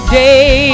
day